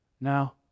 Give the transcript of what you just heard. Now